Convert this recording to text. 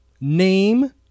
Name